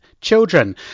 children